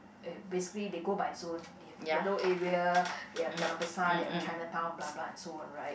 uh basically they go by zone they have Bedok area they have jalan besar they have Chinatown blah blah and so on right